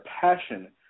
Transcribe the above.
passion